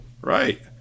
Right